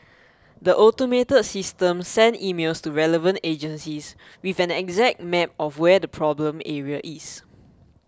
the automated system send emails to relevant agencies with an exact map of where the problem area is